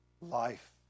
life